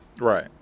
Right